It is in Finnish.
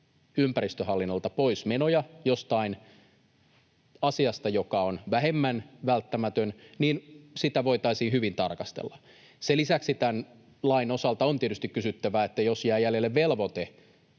ympäristöhallinnolta pois menoja jostain asiasta, joka on vähemmän välttämätön, niin sitä voitaisiin hyvin tarkastella. Sen lisäksi tämän lain osalta on tietysti kysyttävä, että jos jää jäljelle velvoite,